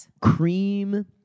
cream